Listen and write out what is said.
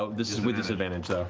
ah this is with disadvantage, though.